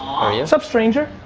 sup stranger?